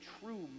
true